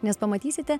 nes pamatysite